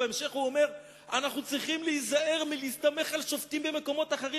בהמשך הוא אומר: אנחנו צריכים להיזהר מלהסתמך על שופטים במקומות אחרים.